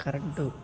current